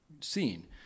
seen